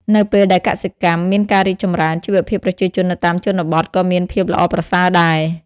នៅពេលដែលកសិកម្មមានការរីកចម្រើន ជីវភាពប្រជាជននៅតាមជនបទក៏មានភាពល្អប្រសើរដែរ។